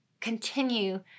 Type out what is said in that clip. continue